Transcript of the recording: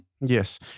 Yes